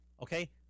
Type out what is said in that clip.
okay